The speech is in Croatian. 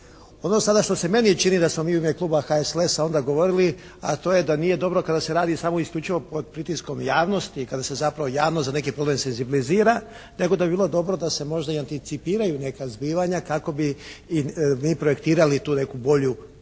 Ono sada što se meni čini da smo mi u ime Kluba HSLS-a onda govorili, a to je da nije dobro kada se radi samo i isključivo pod pritiskom javnosti, kada se zapravo javnost za neki problem senzibilizira tako da bi bilo dobro da se možda i anticipiraju neka zbivanja kako bi i mi projektirali tu neku bolju budućnost